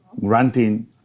granting